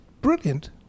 brilliant